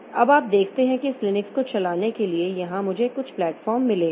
अब आप देखते हैं कि इस लिनक्स को चलाने के लिए यहां मुझे कुछ प्लेटफॉर्म मिले हैं